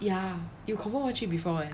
ya you confirm watch it before eh